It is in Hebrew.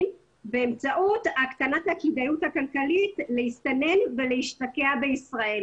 באמצעות הקטנת הכדאיות הכלכלית להסתנן ולהשתקע בישראל.